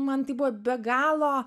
man tai buvo be galo